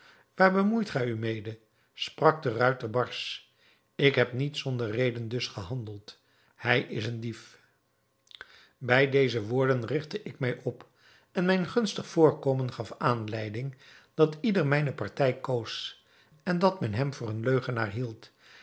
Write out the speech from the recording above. waar bemoeit gij u mede sprak de ruiter barsch ik heb niet zonder reden dus gehandeld hij is een dief bij deze woorden rigtte ik mij op en mijn gunstig voorkomen gaf aanleiding dat ieder mijne partij koos en dat men hem voor een leugenaar hield